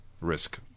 risk